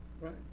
Right